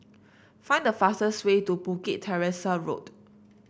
find the fastest way to Bukit Teresa Road